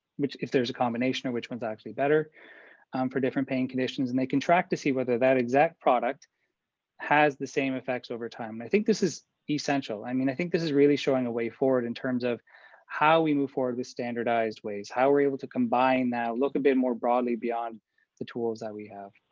which if there's a combination of which one's actually better for different pain conditions and they can track to see whether that exact product has the same effects over time. i think this is essential i mean, i think this is really showing a way forward in terms of how we move forward with standardized ways, how we're able to combine that look a bit more broadly beyond the tools that we have.